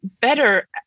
better